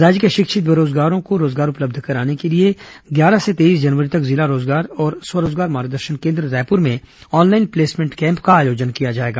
राज्य के शिक्षित बेरोजगारों को रोजगार उपलब्ध कराने के लिए ग्यारह से तेईस जनवरी तक जिला रोजगार और स्व रोजगार मार्गदर्शन केन्द्र रायपुर में ऑनलाइन प्लेसमेंट कैम्प का आयोजन किया जाएगा